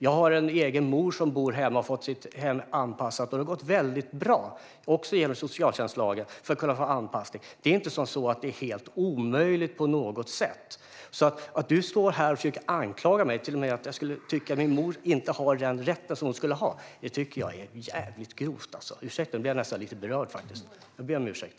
Jag har en mor som bor hemma och som har fått sitt hem anpassat genom socialtjänstlagen, vilket har gått väldigt bra. Det är inte så att det på något sätt är omöjligt. Att du, Caroline Szyber, står här och försöker att anklaga mig för att jag skulle tycka att min mor inte har den rätt som hon borde ha tycker jag är jävligt grovt. Ursäkta mig, men nu blir jag nästan lite berörd. Jag ber om ursäkt.